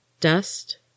Dust